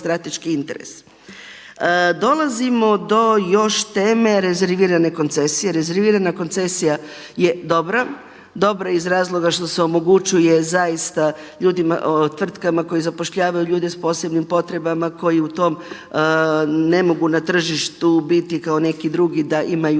strateški interes. Dolazimo do još teme rezervirane koncesije, rezervirana koncesija je dobra. Dobra je iz razloga što se omogućuje zaista ljudima, tvrtkama koji zapošljavaju ljude s posebnim potrebama, koji u tom ne mogu na tržištu biti kao neki drugi da imaju